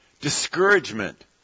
discouragement